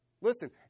listen